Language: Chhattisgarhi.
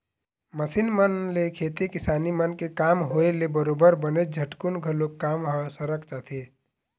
मसीन मन ले खेती किसानी मन के काम होय ले बरोबर बनेच झटकुन घलोक काम ह सरक जाथे